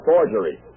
Forgery